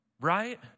Right